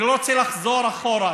אני לא רוצה לחזור אחורה,